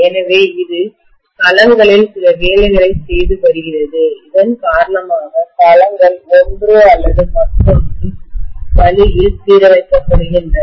எனவே இது களங்களில் சில வேலைகளைச் செய்து வருகிறது இதன் காரணமாக களங்கள் ஒன்று அல்லது மற்றொன்று வழியில் சீரமைக்கப்படுகின்றன